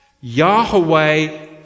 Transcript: Yahweh